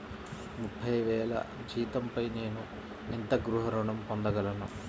ముప్పై వేల జీతంపై నేను ఎంత గృహ ఋణం పొందగలను?